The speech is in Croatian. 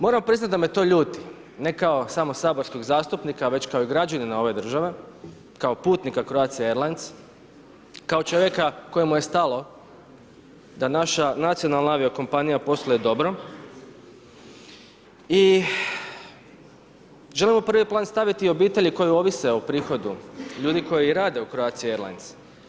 Moram priznati da me to ljuti ne kao samo saborskog zastupnika već i kao građanina ove države, kao putnika Croatie Airlines, kao čovjeka kojemu je stalo da naša nacionalna avio-kompanija posluje dobro i želim u prvi plan staviti obitelji koje ovise o prihodu, ljudi koji rade u Croatia Airlines.